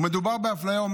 מדובר באפליה.